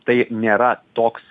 tai nėra toks